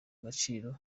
gaciro